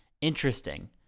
Interesting